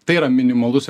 tai yra minimalus